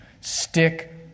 Stick